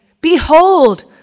Behold